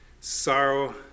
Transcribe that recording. sorrow